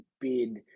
bid